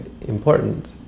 important